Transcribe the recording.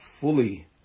fully